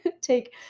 take